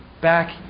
back